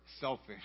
selfish